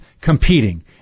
competing